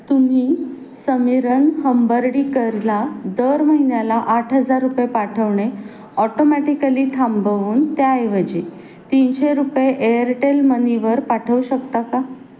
तुम्ही समीरन हंबर्डीकरला दर महिन्याला आठ हजार रुपये पाठवणे ऑटोमॅटिकली थांबवून त्याऐवजी तीनशे रुपये एअरटेल मनीवर पाठवू शकता का